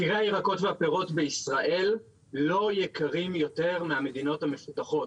מחירי הירקות והפירות בישראל לא יקרים יותר מהמדינות המפותחות.